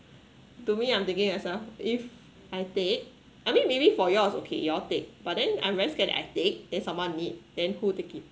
to me I'm thinking as well if I take I mean maybe for yours okay you all take but then I very scared that I take then someone need then who take it